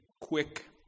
quick